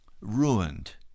ruined